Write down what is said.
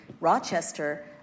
Rochester